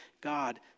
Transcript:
God